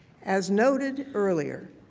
as noted earlier,